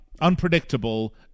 unpredictable